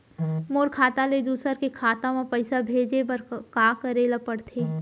मोर खाता ले दूसर के खाता म पइसा भेजे बर का करेल पढ़थे?